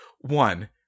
One